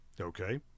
okay